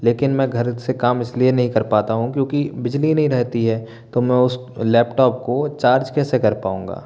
लेकिन मैं घर से काम इसलिए नहीं कर पाता हूँ क्योंकि बिजली नहीं रहती है तो मैं उस लैपटॉप को चार्ज कैसे कर पाऊँगा